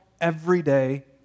everyday